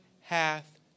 hath